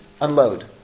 unload